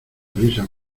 risas